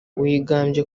wigambye